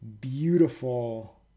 beautiful